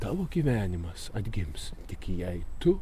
tavo gyvenimas atgims tik jei tu